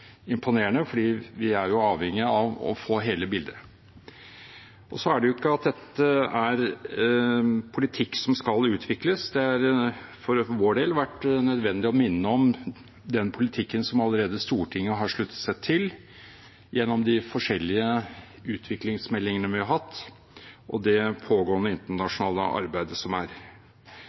imponerende, for vi er jo avhengige av å få hele bildet. Dette er ikke politikk som skal utvikles. Det har for vår del vært nødvendig å minne om den politikken som Stortinget allerede har sluttet seg til gjennom de forskjellige utviklingsmeldingene vi har hatt, og det pågående internasjonale arbeidet.